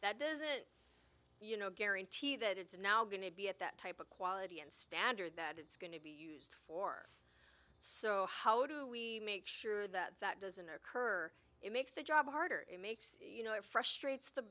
that does it you know guarantee that it's now going to be at that type of quality and standard that it's going to be used for so how do we make sure that that doesn't occur it makes the job harder it makes you know it frustrates the